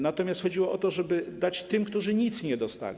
Natomiast chodziło o to, żeby dać tym, którzy nic nie dostali.